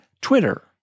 Twitter